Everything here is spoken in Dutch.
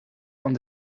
van